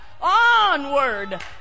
Onward